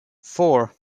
four